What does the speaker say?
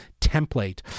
template